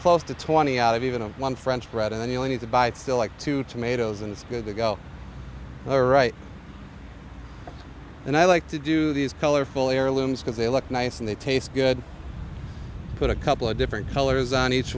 close to twenty out of even one french bread and you only need to buy still like two tomatoes and it's going to go all right and i like to do these colorful heirlooms because they look nice and they taste good put a couple of different colors on each